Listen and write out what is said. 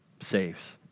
saves